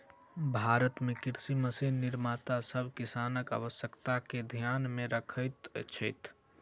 भारत मे कृषि मशीन निर्माता सभ किसानक आवश्यकता के ध्यान मे रखैत छथि